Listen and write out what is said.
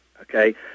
okay